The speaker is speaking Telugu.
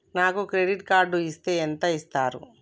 నాకు క్రెడిట్ కార్డు ఇస్తే ఎంత ఇస్తరు?